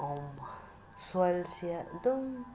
ꯁꯣꯏꯜꯁꯦ ꯑꯗꯨꯝ